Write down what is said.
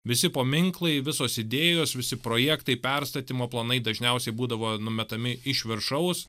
visi paminklai visos idėjos visi projektai perstatymo planai dažniausiai būdavo numetami iš viršaus